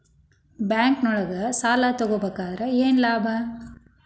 ಬ್ಯಾಂಕ್ನೊಳಗ್ ಸಾಲ ತಗೊಬೇಕಾದ್ರೆ ಏನ್ ಲಾಭ?